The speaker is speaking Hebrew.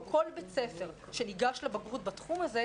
נמצא כל בית ספר שניגש לבגרות בתחום הזה,